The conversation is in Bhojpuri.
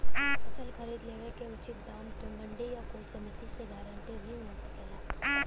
फसल खरीद लेवे क उचित दाम में मंडी या कोई समिति से गारंटी भी मिल सकेला?